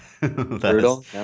Brutal